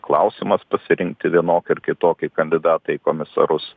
klausimas pasirinkti vienokį ar kitokį kandidatą į komisarus